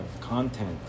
content